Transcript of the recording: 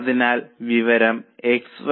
അതിനാൽ ഇതാണ് ഡാറ്റ